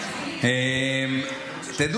תני